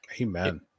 Amen